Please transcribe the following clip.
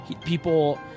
people